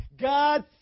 God